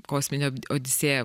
kosminė odisėja